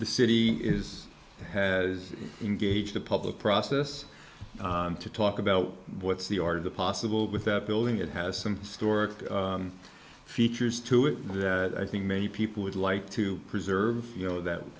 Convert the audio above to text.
the city is had is engage the public process to talk about what's the art of the possible with that building it has some historic features to it that i think many people would like to preserve you know that